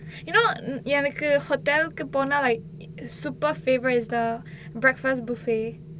you know எனக்கு:enakku hotel கு போனா:ku ponaa like super favourite is the breakfast buffet